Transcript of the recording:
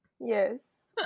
Yes